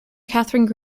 katharine